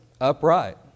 upright